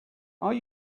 are